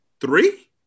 three